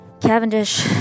Cavendish